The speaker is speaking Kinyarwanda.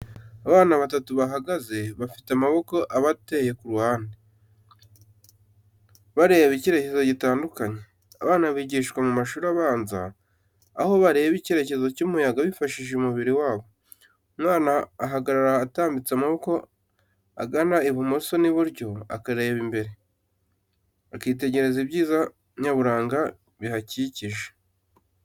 Abana batatu bahagaze, bafite amaboko abateye ku ruhande, bareba icyerekezo gitandukanye. Abana bigishwa mu mashuri abanza, aho bareba icyerekezo cy'umuyaga bifashishije umubiri wabo. Umwana ahagarara atambitse amaboko agana ibumoso n'iburyo akareba imbere. Akitegereza ibyiza nyaburanga bihakikije.